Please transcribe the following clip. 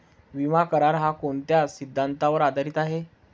विमा करार, हा कोणत्या सिद्धांतावर आधारीत आहे?